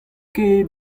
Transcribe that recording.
ket